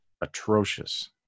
atrocious